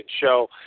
show